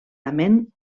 lament